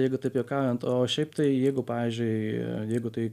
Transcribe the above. jeigu taip juokaujant o šiaip tai jeigu pavyzdžiui jeigu tai